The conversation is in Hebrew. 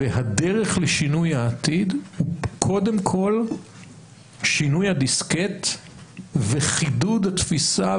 הדרך לשינוי העתיד היא קודם כל שינוי הדיסקט וחידוד התפיסה